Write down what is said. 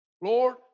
Lord